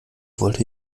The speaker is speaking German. wollte